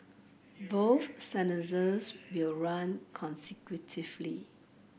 both sentences will run consecutively